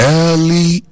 early